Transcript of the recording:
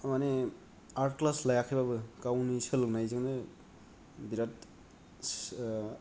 थारमानि art class लायाखैबाबो गावनि सोलोंनायजोंनो बिराद